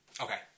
Okay